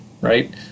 right